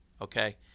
Okay